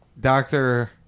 Doctor